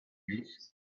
reis